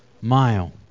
mile